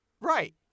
Right